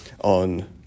on